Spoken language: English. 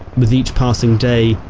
with each passing day,